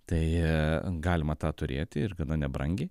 tai galima tą turėti ir gana nebrangi